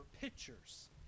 pictures